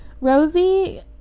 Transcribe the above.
Rosie